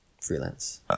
Freelance